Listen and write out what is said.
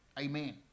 Amen